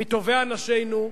הם מטובי אנשינו,